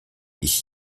ich